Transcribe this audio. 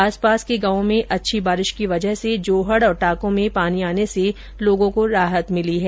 आस पास के गांवों में अच्छी बारिंश की वजह से जोहड और टांकों में पानी आने से लोगों को राहत मिली है